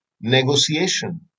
negotiation